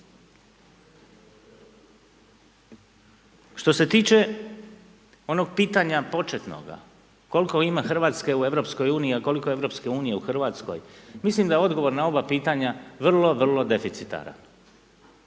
Što se tiče onog pitanja početnoga, koliko ima Hrvatske u EU, a koliko EU u Hrvatskoj, mislim da odgovor na ova pitanja vrlo, vrlo deficitaran.